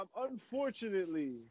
unfortunately